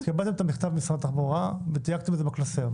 קיבלתם את המכתב ממשרד התחבורה ותייקתם את זה בקלסר,